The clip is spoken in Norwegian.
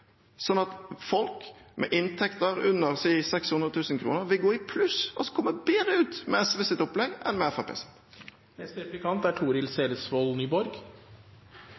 folk med inntekter under – skal vi si – 600 000 kr vil gå i pluss og altså komme bedre ut med SVs opplegg enn med